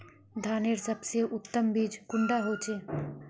धानेर सबसे उत्तम बीज कुंडा होचए?